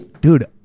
dude